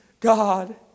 God